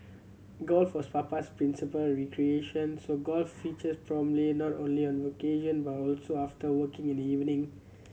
golf was Papa's principal recreation so golf featured prominently not only on vacation but also after work in the evening